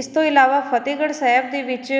ਇਸ ਤੋਂ ਇਲਾਵਾ ਫਤਿਹਗੜ੍ਹ ਸਾਹਿਬ ਦੇ ਵਿੱਚ